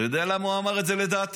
אתה יודע למה הוא אמר את זה, לדעתי?